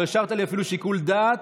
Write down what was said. לא השארת לי אפילו שיקול דעת.